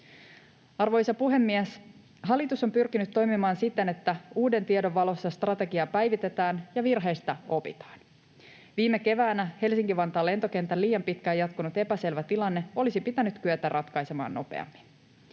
Arvoisa puhemies! Hallitus on pyrkinyt toimimaan siten, että uuden tiedon valossa strategiaa päivitetään ja virheistä opitaan. Viime keväänä Helsinki-Vantaan lentokentän liian pitkään jatkunut epäselvä tilanne olisi pitänyt kyetä ratkaisemaan nopeammin.